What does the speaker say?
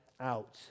out